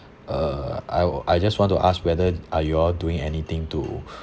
uh I I just want to ask whether are you all doing anything to